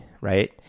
right